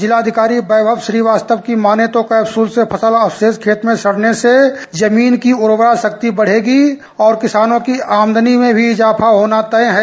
जिलाधिकारी वैभव श्रीवास्तव की मानें तो कैप्सूल से फसल अवशेष खेत में सड़ने से जमीन की उर्वरा शक्ति बढ़ेगी और किसानों की आमदनी में भी इजाफा होना तय है